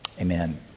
Amen